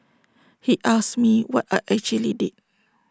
he asked me what I actually did